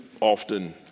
often